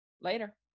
Later